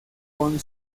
con